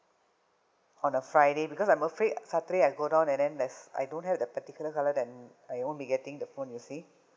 on the friday because I'm afraid saturday I go down and then there's I don't have the particular colour then I won't be getting the phone you see